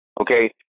Okay